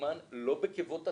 סימן לא בקיבות התנים,